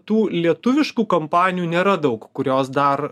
tų lietuviškų kompanijų nėra daug kurios dar